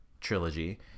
trilogy